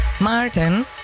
Martin